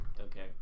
Okay